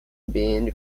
been